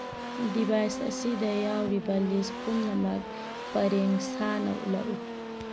device ꯑꯁꯤꯗ ꯌꯥꯎꯔꯤꯕ ꯂꯤꯁ ꯄꯨꯝꯅꯃꯛ ꯄꯔꯦꯡ ꯁꯥꯅ ꯎꯠꯂꯛꯎ